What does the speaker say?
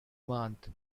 month